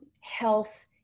health